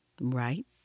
right